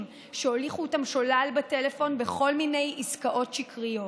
שהוליכו אותם שולל בטלפון בכל מיני עסקאות שקריות.